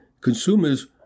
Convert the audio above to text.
consumers